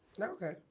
Okay